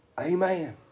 Amen